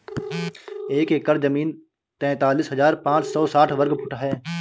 एक एकड़ जमीन तैंतालीस हजार पांच सौ साठ वर्ग फुट है